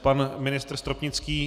Pan ministr Stropnický...